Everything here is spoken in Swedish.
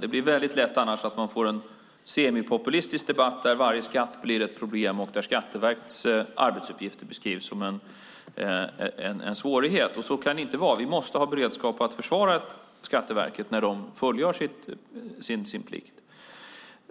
Det blir väldigt lätt annars att man får en semipopulistisk debatt där varje skatt blir ett problem och där Skatteverkets arbetsuppgifter beskrivs som en svårighet. Så kan det inte vara. Vi måste ha beredskap för att försvara Skatteverket när de fullgör sin plikt.